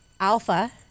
alpha